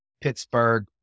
Pittsburgh